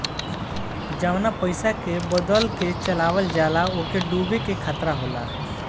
जवना पइसा के बदल के चलावल जाला ओके डूबे के खतरा होला